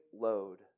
load